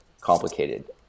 complicated